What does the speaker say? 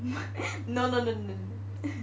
no no no